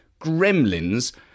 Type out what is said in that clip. gremlins